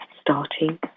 starting